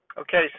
Okay